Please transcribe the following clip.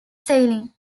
sailing